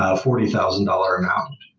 ah forty thousand dollars amount?